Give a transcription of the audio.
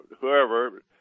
whoever